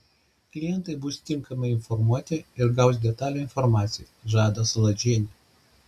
klientai bus tinkamai informuoti ir gaus detalią informaciją žada saladžienė